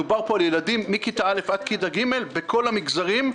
מדובר פה על ילדים מכיתה א' עד ג' בכל המגזרים,